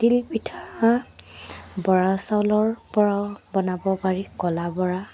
তিলপিঠা বৰা চাউলৰ পৰাও বনাব পাৰি ক'লা বৰা